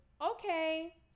okay